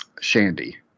Shandy